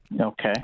Okay